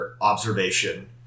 observation